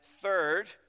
third